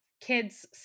kids